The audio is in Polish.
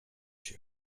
się